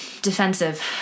defensive